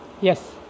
yes